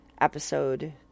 episode